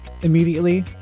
immediately